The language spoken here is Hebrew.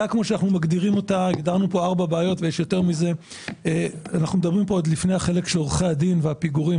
אנחנו נעביר את ההחלטה של הוועדה לאישורה של ועדת הכנסת,